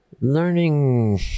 learning